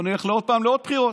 בואו נלך עוד פעם לעוד בחירות.